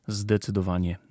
zdecydowanie